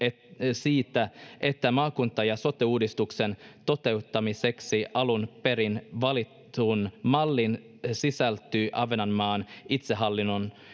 siitä että maakunta ja sote uudistuksen toteuttamiseksi alun perin valittuun malliin sisältyy ahvenanmaan itsehallinnon